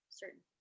certain